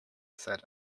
said